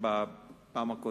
אמר את זה בפעם הקודמת.